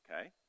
okay